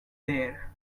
there